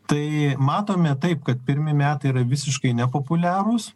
tai matome taip kad pirmi metai yra visiškai nepopuliarūs